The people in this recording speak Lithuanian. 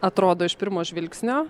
atrodo iš pirmo žvilgsnio